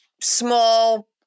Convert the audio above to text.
small